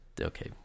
okay